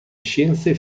scienze